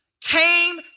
came